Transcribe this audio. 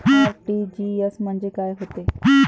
RTGS म्हंजे काय होते?